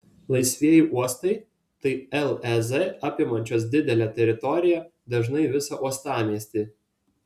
laisvieji uostai tai lez apimančios didelę teritoriją dažnai visą uostamiestį